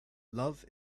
love